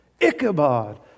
Ichabod